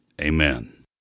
Amen